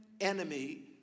enemy